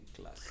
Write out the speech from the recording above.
class